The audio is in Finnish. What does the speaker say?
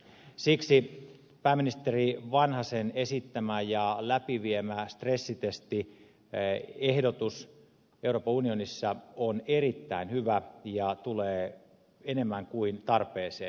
siksi pääministeri vanhasen esittämä ja läpiviemä stressitestiehdotus euroopan unionissa on erittäin hyvä ja tulee enemmän kuin tarpeeseen